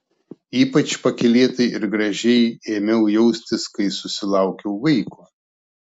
ypač pakylėtai ir gražiai ėmiau jaustis kai susilaukiau vaiko